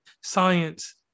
science